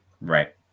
Right